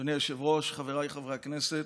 אדוני היושב-ראש, חבריי חברי הכנסת,